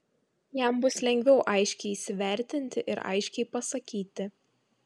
jam bus lengviau aiškiai įsivertinti ir aiškiai pasakyti